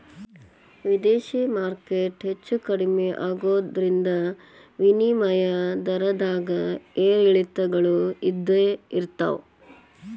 ವಿದೇಶಿ ಮಾರ್ಕೆಟ್ ಹೆಚ್ಚೂ ಕಮ್ಮಿ ಆಗೋದ್ರಿಂದ ವಿನಿಮಯ ದರದ್ದಾಗ ಏರಿಳಿತಗಳು ಇದ್ದ ಇರ್ತಾವ